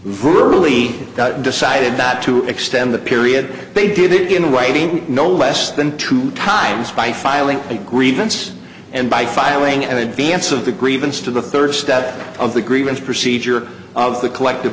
really decided that to extend the period they did it in writing no less than two times by filing a grievance and by filing an advance of the grievance to the third step of the grievance procedure of the collective